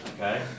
Okay